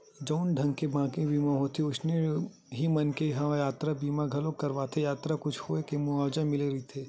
जउन ढंग ले बाकी बीमा होथे अइसने ही मनखे मन ह यातरा बीमा घलोक कराथे यातरा म कुछु होय ले मुवाजा मिलथे